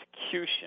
execution –